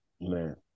Man